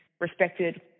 respected